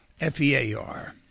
F-E-A-R